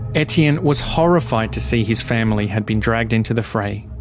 etienne was horrified to see his family had been dragged into the fray.